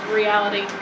reality